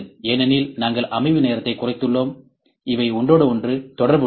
ஏனெனில் நாங்கள் அமைவு நேரத்தை குறைத்துள்ளோம் இவை ஒன்றோடொன்று தொடர்புடையவை